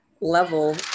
level